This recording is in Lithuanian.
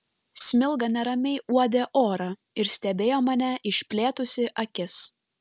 smilga neramiai uodė orą ir stebėjo mane išplėtusi akis